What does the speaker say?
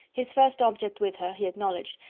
his first object with her, he acknowledged,